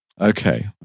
Okay